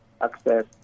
access